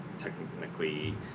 technically